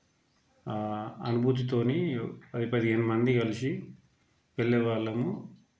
అనుభూతితోని పది పదిహేను మంది కలిసి వెళ్ళే వాళ్ళము